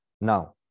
Now